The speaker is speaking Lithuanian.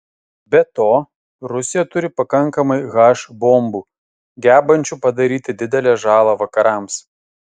be to rusija turi pakankamai h bombų gebančių padaryti didelę žalą vakarams